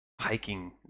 hiking